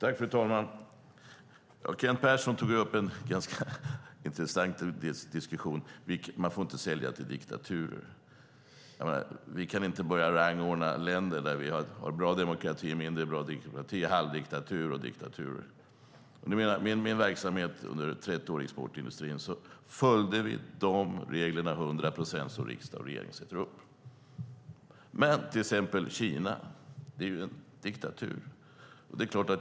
Fru talman! Kent Persson tog upp en ganska intressant utrikesdiskussion om att man inte får sälja till diktaturer. Vi kan inte börja rangordna länder: en bra demokrati, en mindre bra demokrati, en halvdiktatur eller diktatur. Under mina 30 år i exportindustrin följde vi de regler till hundra procent som riksdag och regering sätter upp. Ta till exempel Kina. Det är en diktatur.